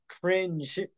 cringe